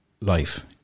life